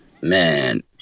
man